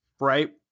Right